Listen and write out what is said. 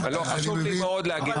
חשוב לי מאוד להגיד.